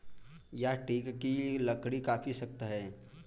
यह टीक की लकड़ी काफी सख्त है